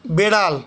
বেড়াল